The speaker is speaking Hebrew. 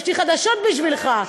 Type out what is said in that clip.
יש לי חדשות בשבילך.